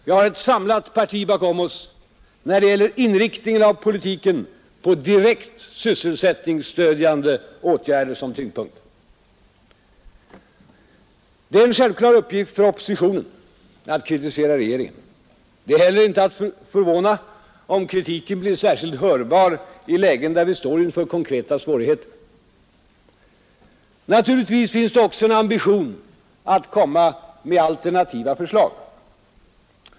Vi har ett samlat parti bakom oss när det gäller inriktningen av politiken på direkt sysselsättningsstödjande åtgärder. Det är en självklar uppgift för oppositionen att kritisera regeringen. Det är heller inte ägnat att förvåna om kritiken blir särskilt hörbar i lägen där vi står inför konkreta svårigheter. Naturligtvis finns det också en ambition att komma med alternativa förslag.